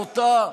בוטה,